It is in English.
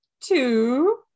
two